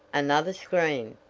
another scream!